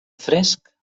fresc